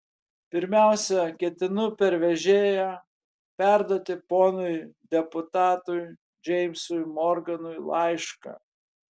pirmiausia ketinu per vežėją perduoti ponui deputatui džeimsui morganui laišką